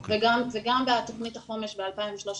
וגם בתוכנית החומש ב-2013